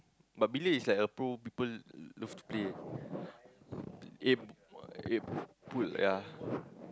but billiard is like the pro people love to play eh eh pool yea